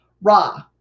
Ra